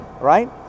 Right